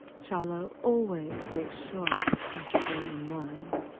shiloh always makes sure they stay in line.